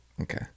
okay